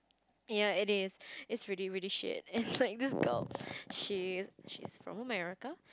ya it is it's really really shit it's like this girl she she's from America